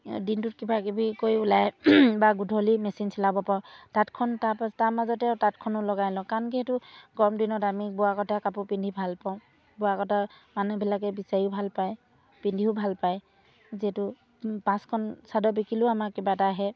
দিনটোত কিবাকিবি কৰি ওলাই বা গধূলি মেচিন চিলাব পাৰোঁ তাঁতখন তাৰ মাজতেও তাঁতখনো লগাই লওঁ কাৰণ কি সেইটো গৰম দিনত আমি বোৱা কটা কাপোৰ পিন্ধি ভালপাওঁ বোৱা কটা মানুহবিলাকে বিচাৰিও ভালপায় পিন্ধিও ভালপায় যিহেতু পাঁচখন চাদৰ বিকিলেও আমাৰ কিবা এটা আহে